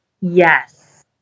Yes